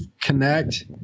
connect